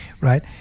right